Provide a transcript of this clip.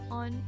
on